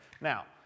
Now